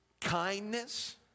Kindness